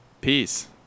peace